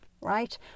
right